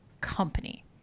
company